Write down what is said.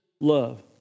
love